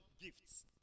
gifts